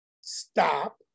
stop